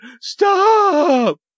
Stop